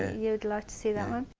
ah yeah like to see that one?